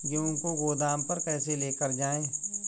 गेहूँ को गोदाम पर कैसे लेकर जाएँ?